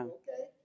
okay